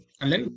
Hello